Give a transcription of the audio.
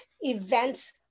events